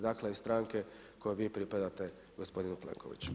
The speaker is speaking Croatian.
Dakle i stranke kojoj vi pripadate gospodine Plenkoviću.